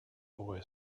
boy